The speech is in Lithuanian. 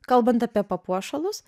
kalbant apie papuošalus